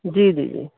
جی جی جی